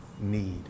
need